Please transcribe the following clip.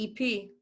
EP